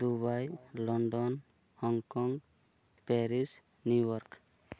Dubai London Hong Kong Paris New York